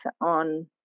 on